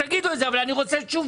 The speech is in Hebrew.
תגידו את זה, אבל אני רוצה תשובה.